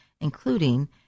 including